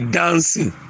dancing